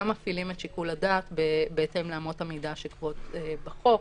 מפעילים את שיקול הדעת בהתאם לאמות המידה שקבועות בחוק,